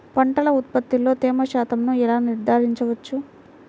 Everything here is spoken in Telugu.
పంటల ఉత్పత్తిలో తేమ శాతంను ఎలా నిర్ధారించవచ్చు?